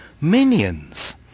Minions